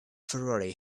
ferrari